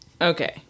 Okay